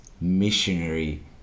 missionary